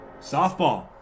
Softball